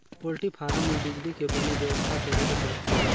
poultry farm में बिजली के बने बेवस्था करे ले परथे